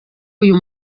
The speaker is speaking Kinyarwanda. uyu